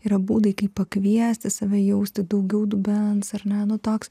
yra būdai kaip pakviesti save jausti daugiau dubens ar ne nu toks